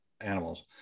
animals